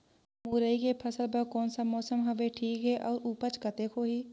मुरई के फसल बर कोन सा मौसम हवे ठीक हे अउर ऊपज कतेक होही?